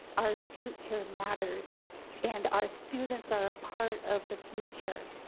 our future matters and our students are a part of the future.